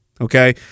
Okay